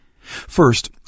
First